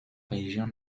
région